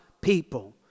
people